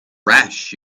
rash